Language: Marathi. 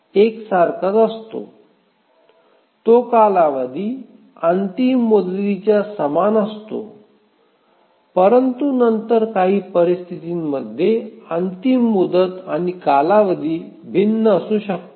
प्रत्येक कार्याचा कालावधी आणि मुदत एकसारखाच असतो तो कालावधी अंतिम मुदतीच्या समान असतो परंतु नंतर काही परिस्थितींमध्ये अंतिम मुदत आणि कालावधी भिन्न असू शकतो